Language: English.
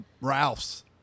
Ralph's